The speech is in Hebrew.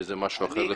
שזה משהו אחר לחלוטין.